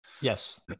Yes